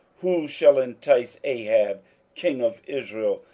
who shall entice ahab king of israel,